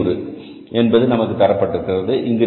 30500 என்பது நமக்கு தரப்பட்டிருக்கிறது